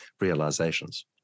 realizations